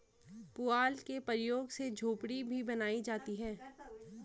पुआल के प्रयोग से झोपड़ी भी बनाई जाती है